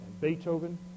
Beethoven